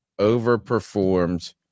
overperformed